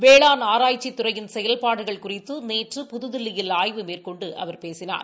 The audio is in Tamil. வேளாண் ஆராய்ச்சி துறையின் செயல்பாடுகள் குறித்து நேற்று புதுதில்லியில் ஆய்வு மேற்கொண்டு அவர் பேசினார்